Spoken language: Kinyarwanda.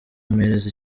ampereza